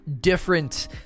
different